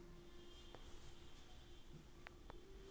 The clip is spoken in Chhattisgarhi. खेती उपकरण बर मोला कोनो प्रकार के ऋण मिल सकथे का?